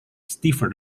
stiffer